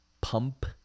Pump